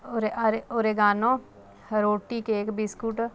ਅਰੇ ਅਰੇ ਓਰੇਗਾਨੋ ਰੋਟੀ ਕੇਕ ਬਿਸਕੁਟ